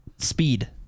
Speed